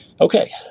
Okay